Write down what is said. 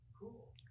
Cool